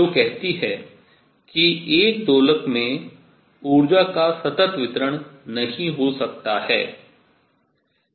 जो कहती है कि एक दोलक में ऊर्जा का सतत वितरण नहीं हो सकता है